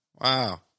Wow